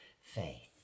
faith